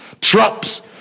traps